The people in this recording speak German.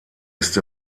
ist